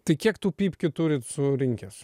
tai kiek tų pypkių turit surinkęs